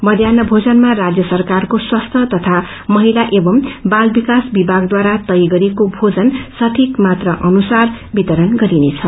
मध्यान्ह भोजनमा राज्य सरकारको स्वास्थ्य तथा महिला एवं बाल विकास विभागद्वारा तय गरिएको भोजन सठीक मात्रा अनुसार दिइनेछ